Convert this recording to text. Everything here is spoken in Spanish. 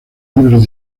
libros